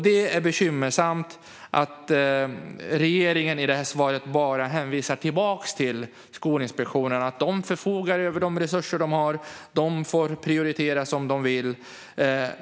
Det är bekymmersamt att regeringen i svaret bara hänvisar till att Skolinspektionen förfogar över de resurser de har och att de får prioritera som de vill.